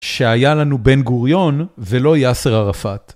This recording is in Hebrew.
שהיה לנו בן גוריון ולא יאסר ערפאת.